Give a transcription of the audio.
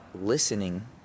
listening